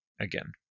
again